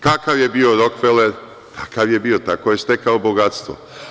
Kakav je bio Rokfeler, takav je bio, tako je stekao bogatstvo.